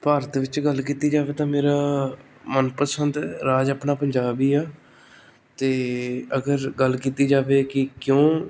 ਭਾਰਤ ਵਿੱਚ ਗੱਲ ਕੀਤੀ ਜਾਵੇ ਤਾਂ ਮੇਰਾ ਮਨਪਸੰਦ ਰਾਜ ਆਪਣਾ ਪੰਜਾਬ ਹੀ ਹੈ ਅਤੇ ਅਗਰ ਗੱਲ ਕੀਤੀ ਜਾਵੇ ਕਿ ਕਿਉਂ